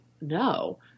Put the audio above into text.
No